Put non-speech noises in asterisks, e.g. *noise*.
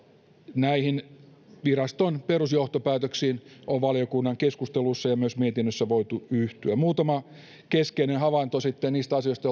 näihin viraston perusjohtopäätöksiin on valiokunnan keskusteluissa ja myös mietinnössä voitu yhtyä muutama keskeinen havainto niistä asioista *unintelligible*